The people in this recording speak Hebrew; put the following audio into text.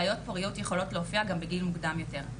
בעיות פוריות יכולות להופיע גם בגיל מוקדם יותר.